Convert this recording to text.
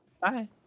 Bye